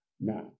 Now